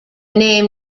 name